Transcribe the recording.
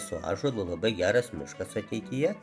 su ąžuolu labai geras miškas ateityje